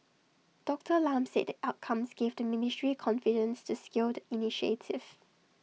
Doctor Lam said the outcomes gave the ministry confidence to scale the initiative